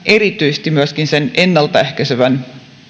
erityisesti myöskin sen ennalta ehkäisevän